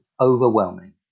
overwhelming